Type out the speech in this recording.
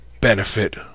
benefit